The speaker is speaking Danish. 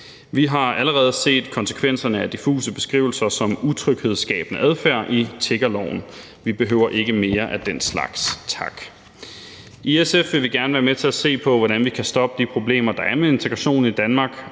Vi har allerede set konsekvenserne af diffuse beskrivelser som utryghedsskabende adfærd i tiggerloven; vi behøver ikke mere af den slags, tak. I SF ville vi gerne være med til at se på, hvordan vi kan stoppe de problemer, der er med integration i Danmark,